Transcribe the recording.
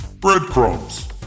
Breadcrumbs